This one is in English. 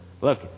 Look